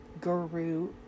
guru